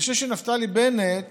אני חושב שנפתלי בנט